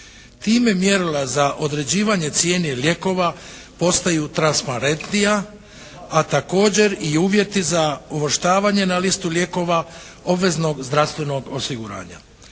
Time mjerila za određivanje cijene lijekova postaju transparentnija, a također i uvjeti za uvrštavanje na listu lijekova obveznog zdravstvenog osiguranja.